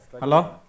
Hello